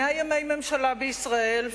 100 ימי הממשלה בישראל,